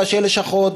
ראשי לשכות,